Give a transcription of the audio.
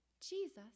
Jesus